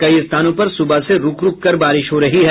कई स्थानों पर सुबह से रूक रूक कर बारिश हो रही है